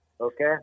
Okay